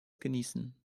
genießen